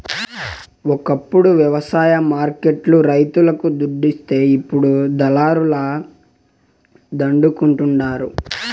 ఒకప్పుడు వ్యవసాయ మార్కెట్ లు రైతులకు దుడ్డిస్తే ఇప్పుడు దళారుల దండుకుంటండారు